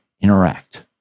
interact